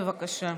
בבקשה.